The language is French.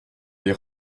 les